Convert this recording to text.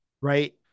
right